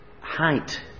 height